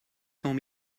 cents